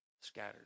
scattered